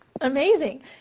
amazing